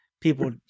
people